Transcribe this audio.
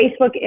Facebook